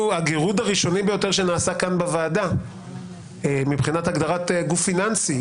הגירוד הראשוני ביותר שנעשה כאן בוועדה מבחינת הגדרת גוף פיננסי,